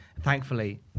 Thankfully